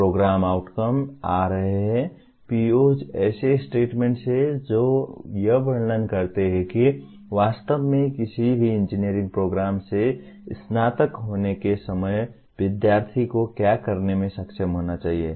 programme outcome आ रहे हैं POs ऐसे स्टेटमेंट्स हैं जो यह वर्णन करते हैं कि वास्तव में किसी भी इंजीनियरिंग प्रोग्राम से स्नातक होने के समय विद्यार्थी को क्या करने में सक्षम होना चाहिए